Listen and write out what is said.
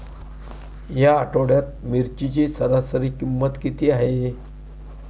या आठवड्यात मिरचीची सरासरी किंमत किती आहे?